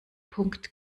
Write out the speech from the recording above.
punkt